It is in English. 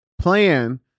plan